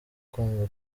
kwanga